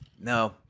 no